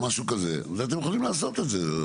משהו כזה ואז אתם יכולים לעשות את זה.